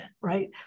right